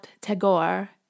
Tagore